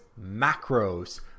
macros